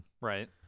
Right